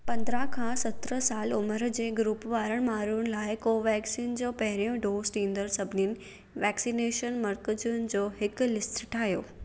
पंद्रहं खां सत्रहं साल उमिरि जे ग्रुप वारनि माण्हुनि लाइ कोवेक्सीन जो पहिरियों डोज़ ॾींदड़ सभिनी वैक्सीनेशन मर्कज़नि जो हिकु लिस्ट ठाहियो